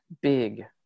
big